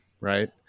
right